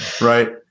Right